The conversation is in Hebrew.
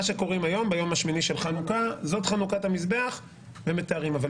ביום השמיני של חנוכה קוראים את הסיכום.